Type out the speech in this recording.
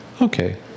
Okay